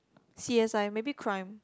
c_s_i maybe crime